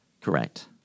Correct